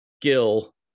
Gil